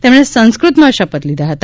તેમણે સંસ્કૃતમાં શપથ લીધા હતા